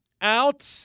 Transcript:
out